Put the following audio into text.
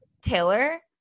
Taylor